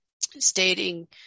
stating